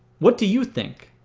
what do you think?